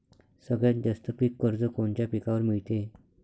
सगळ्यात जास्त पीक कर्ज कोनच्या पिकावर मिळते?